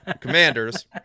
commanders